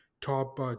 top